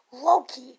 Loki